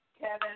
Kevin